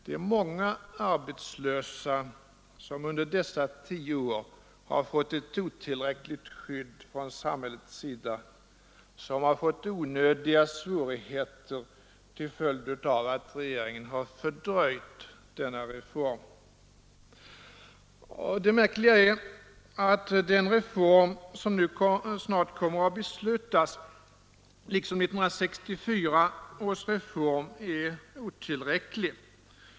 Det är många arbetslösa som under dessa tio år har fått ett otillräckligt skydd från samhällets sida, som har fått uppleva onödiga svårigheter till följd av att regeringen har fördröjt denna reform. Det märkliga är att den reform som nu snart kommer att beslutas liksom 1964 års reform är otillräcklig.